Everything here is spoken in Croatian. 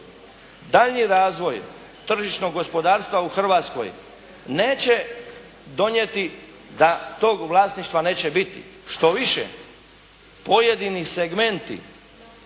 daljnji razvoj tržišnog gospodarstva u Hrvatskoj neće donijeti da tog vlasništva neće biti, štoviše pojedini segmenti